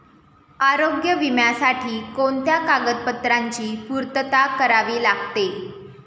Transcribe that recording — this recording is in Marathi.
आरोग्य विम्यासाठी कोणत्या कागदपत्रांची पूर्तता करावी लागते?